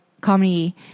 comedy